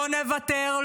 לא נוותר,